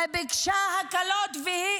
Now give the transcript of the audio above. היא ביקשה הקלות בשבילו.